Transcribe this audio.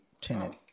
tenant